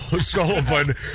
Sullivan